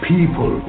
People